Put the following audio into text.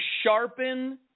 sharpen